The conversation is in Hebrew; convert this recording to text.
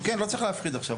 כן, לא צריך להפחיד עכשיו.